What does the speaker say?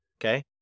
okay